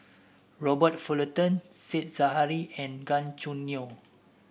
Robert Fullerton Said Zahari and Gan Choo Neo